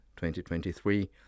2023